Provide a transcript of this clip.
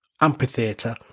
amphitheater